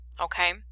okay